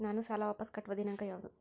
ನಾನು ಸಾಲ ವಾಪಸ್ ಕಟ್ಟುವ ದಿನಾಂಕ ಯಾವುದು?